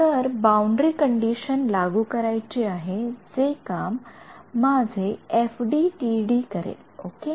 तर boundary condition लागू करायची आहे जे काम माझे एफडीटीडी करेल ओके